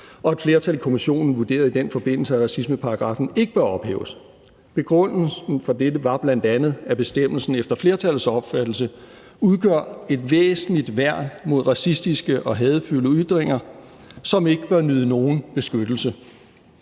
Og et flertal i kommissionen vurderede i den forbindelse, at racismeparagraffen ikke bør ophæves. Begrundelsen for dette var bl.a., at bestemmelsen efter flertallets opfattelse udgør et væsentligt værn mod racistiske og hadefulde ytringer, som ikke bør nyde nogen beskyttelse.